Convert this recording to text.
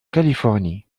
californie